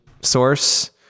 source